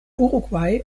uruguay